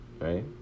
right